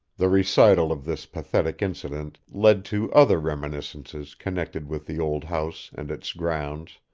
the recital of this pathetic incident led to other reminiscences connected with the old house and its grounds,